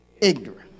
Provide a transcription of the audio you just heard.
ignorant